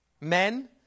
Men